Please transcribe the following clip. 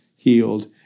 healed